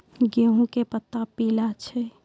गेहूँ के पत्ता पीला छै?